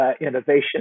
innovation